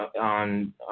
on